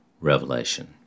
revelation